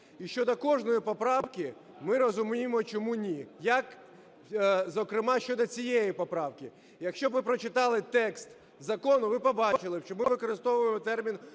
І щодо кожної поправки ми розуміємо, чому ні, як, зокрема, щодо цієї поправки. Якщо б ви прочитали текст закону, ви побачили б, що ми використовуємо термін